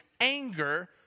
anger